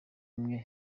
imwe